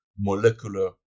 molecular